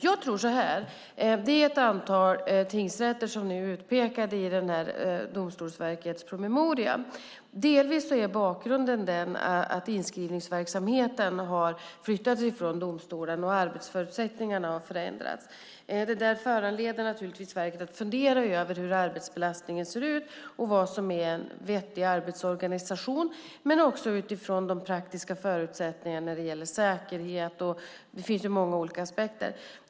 Jag tror så här: Det är ett antal tingsrätter som nu är utpekade i Domstolsverkets promemoria. Delvis är bakgrunden att inskrivningsverksamheten har flyttats från domstolen, och arbetsförutsättningarna har förändrats. Det föranleder naturligtvis verket att fundera över hur arbetsbelastningen ser ut och vad som är en vettig arbetsorganisation. Men det handlar också om de praktiska förutsättningarna när det gäller säkerhet. Det finns ju många olika aspekter.